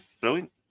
brilliant